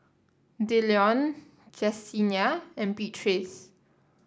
Dillon Jessenia and Beatrice